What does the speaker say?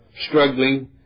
struggling